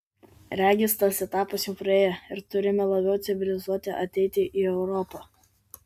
regis tas etapas jau praėjo ir turime labiau civilizuoti ateiti į europą